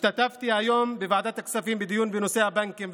השתתפתי היום בדיון בוועדת הכספים בנושא הבנקים,